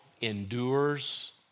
endures